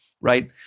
right